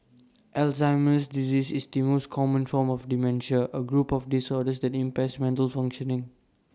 Alzheimer's disease is the most common form of dementia A group of disorders that impairs mental functioning